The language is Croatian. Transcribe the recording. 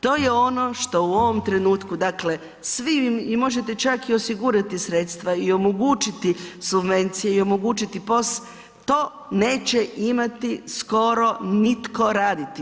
To je ono što u ovom trenutku, dakle svi, možete čak i osigurati sredstva i omogućiti subvencije i omogućiti POS, to neće imati skoro nitko raditi.